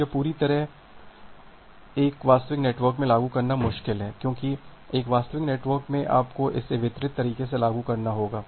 तो यह पूरी बात एक वास्तविक नेटवर्क में लागू करना मुश्किल है क्योंकि एक वास्तविक नेटवर्क में आपको इसे वितरित तरीके से लागू करना होगा